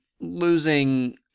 losing